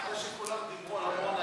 שכולם מדברים על עמונה,